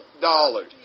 dollars